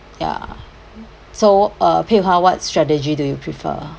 ya so uh Pei Hwa what strategy do you prefer